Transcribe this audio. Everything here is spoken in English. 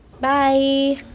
Bye